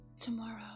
Tomorrow